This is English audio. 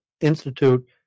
institute